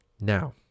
Now